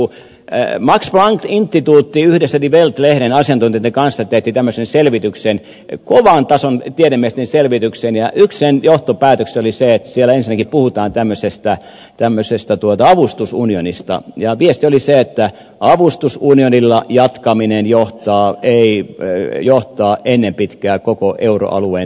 max planck instituutti yhdessä die welt lehden asiantuntijoitten kanssa teetti tämmöisen selvityksen kovan tason tiedemiesten selvityksen ja yksi sen johtopäätöksistä oli se että siellä ensinnäkin puhutaan tämmöisestä avustusunionista ja viesti oli se että avustusunionilla jatkaminen johtaa ennen pitkää koko euroalueen tuhoon